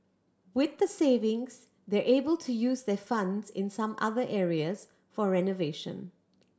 with the savings they're able to use their funds in some other areas for renovation